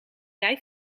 jij